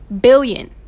billion